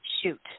Shoot